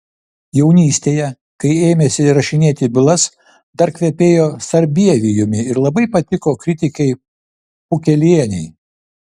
jaunystėje kai ėmėsi rašinėti bylas dar kvepėjo sarbievijumi ir labai patiko kritikei pukelienei